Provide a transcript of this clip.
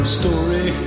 story